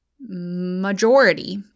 majority